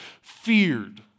feared